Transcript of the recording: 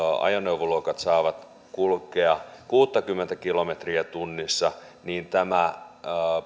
ajoneuvoluokat saavat kulkea kuusikymmentä kilometriä tunnissa niin tämä